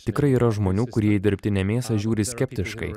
tikrai yra žmonių kurie į dirbtinę mėsą žiūri skeptiškai